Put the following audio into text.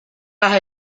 las